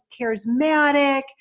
charismatic